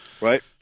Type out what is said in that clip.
right